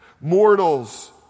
Mortals